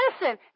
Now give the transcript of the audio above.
Listen